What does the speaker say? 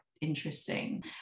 interesting